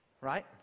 Right